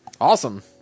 Awesome